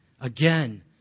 again